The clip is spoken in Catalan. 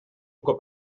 cop